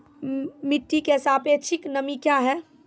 मिटी की सापेक्षिक नमी कया हैं?